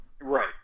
Right